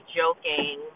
joking